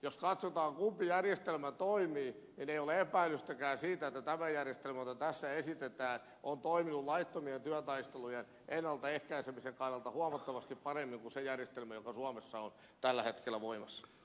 jos katsotaan kumpi järjestelmä toimii ei ole epäilystäkään siitä että tämä järjestelmä jota tässä esitetään on toiminut laittomien työtaistelujen ennaltaehkäisemisen kannalta huomattavasti paremmin kuin se järjestelmä joka suomessa on tällä hetkellä voimassa